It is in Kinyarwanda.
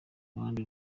ruhande